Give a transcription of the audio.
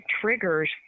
triggers